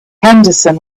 henderson